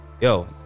yo